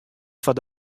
foar